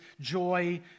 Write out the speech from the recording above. joy